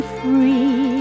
free